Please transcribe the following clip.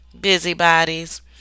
busybodies